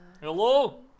Hello